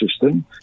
system